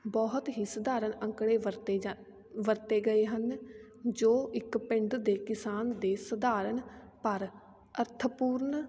ਬਹੁਤ ਹੀ ਸਧਾਰਨ ਅੰਕੜੇ ਵਰਤੇ ਜਾਂਦ ਵਰਤੇ ਗਏ ਹਨ ਜੋ ਇੱਕ ਪਿੰਡ ਦੇ ਕਿਸਾਨ ਦੇ ਸਧਾਰਨ ਪਰ ਅਰਥ ਪੂਰਨ